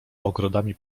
ogrodami